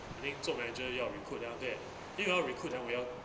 you think 做 manager 要 recruit then after that 因为我要